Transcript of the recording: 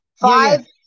Five